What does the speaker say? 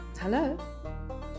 hello